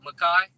Makai